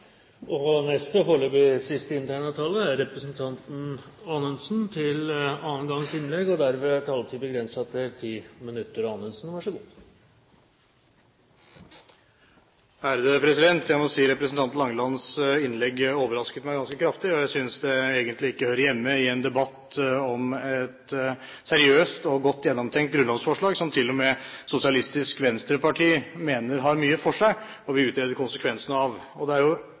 Jeg må si at representanten Langelands innlegg overrasket meg ganske kraftig, og jeg synes det egentlig ikke hører hjemme i en debatt om et seriøst og godt gjennomtenkt grunnlovsforslag som til og med Sosialistisk Venstreparti mener har mye for seg, og som de vil utrede konsekvensene av. Jeg vet ikke om det er